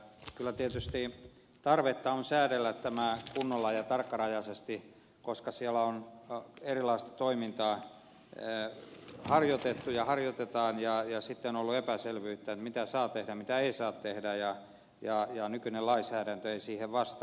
kyllä tietysti tarvetta on säädellä tämä kunnolla ja tarkkarajaisesti koska siellä erilaista toimintaa on harjoitettu ja harjoitetaan ja sitten on ollut epäselvyyttä mitä saa tehdä ja mitä ei saa tehdä ja nykyinen lainsäädäntö ei siihen vastaa